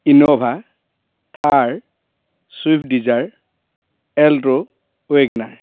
Innova Thar swift Dzire alto WagonR